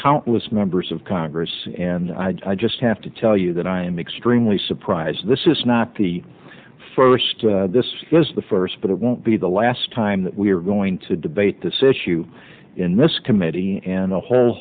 countless members of congress and i just have to tell you that i am extremely surprised this is not the first this is the first but it won't be the last time that we're going to debate this issue in this committee and a whole